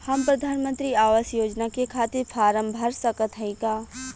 हम प्रधान मंत्री आवास योजना के खातिर फारम भर सकत हयी का?